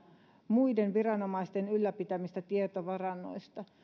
muiden viranomaisten ylläpitämistä tietovarannoista